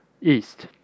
East